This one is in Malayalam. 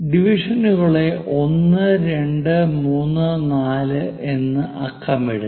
ഡിവിഷനുകളെ 1 2 3 4 എന്ന് അക്കമിടുക